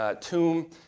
tomb